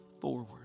forward